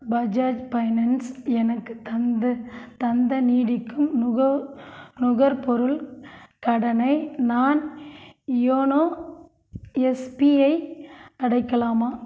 Bajaj finance எனக்குத் தந்து தந்த நீடிக்கும் நுகர் நுகர்பொருள் கடனை நான் யோனோ எஸ்பிஐ அடைக்கலாமா